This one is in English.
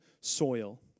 soil